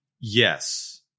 yes